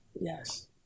Yes